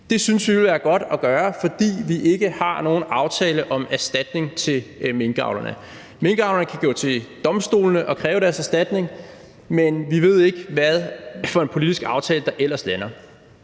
Det synes vi ville være godt at gøre, fordi vi ikke har nogen aftale om erstatning til minkavlerne. Minkavlerne kan gå til domstolene og kræve deres erstatning, men vi ved ikke, hvilken politisk aftale der ellers landes.